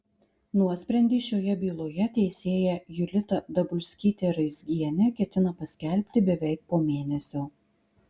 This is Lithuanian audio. nuosprendį šioje byloje teisėja julita dabulskytė raizgienė ketina paskelbti beveik po mėnesio